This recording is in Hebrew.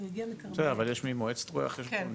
בבקשה.